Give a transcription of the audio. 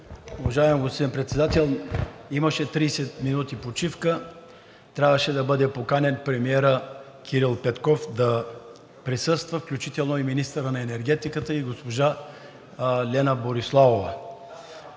Уважаеми господин Председател, имаше 30 минути почивка, трябваше да бъде поканен премиерът Кирил Петков да присъства, включително и министърът на енергетиката, и госпожа Лена Бориславова.